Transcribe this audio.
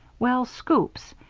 well, scoops.